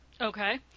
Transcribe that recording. Okay